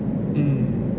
mm